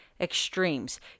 extremes